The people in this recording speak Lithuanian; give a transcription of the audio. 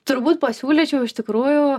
turbūt pasiūlyčiau iš tikrųjų